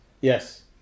yes